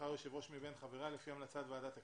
תבחר יו"ר מבין חבריה לפי המלצת ועדת הכנסת,